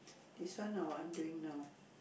this one ah what I'm doing now